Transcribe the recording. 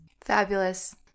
Fabulous